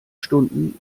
stunden